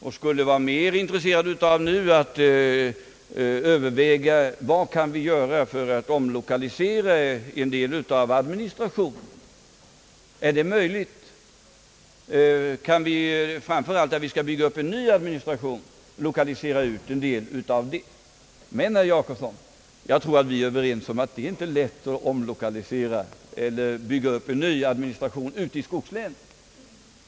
Jag skulle nu vara mer intresserad av att överväga vad vi kan göra för att omlokalisera en del av administrationen. Kan vi, framför allt i de fall där vi skall bygga upp en ny administration, lokalisera ut en del av den? Men, herr Jacobsson, jag tror att vi är överens om att det inte är lätt att omlokalisera eller bygga upp en ny administration ute i skogslänen.